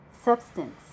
substance